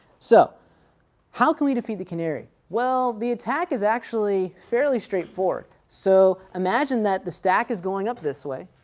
so how can we defeat the canary? well the attack is actually fairly straightforward. so imagine that the stack is going up this way,